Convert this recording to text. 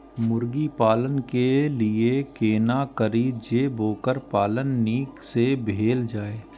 मुर्गी पालन के लिए केना करी जे वोकर पालन नीक से भेल जाय?